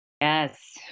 Yes